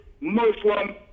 Muslim